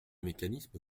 mécanisme